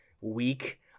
Week